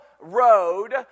road